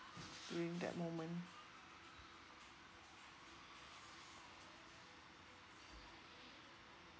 during that moment